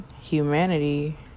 humanity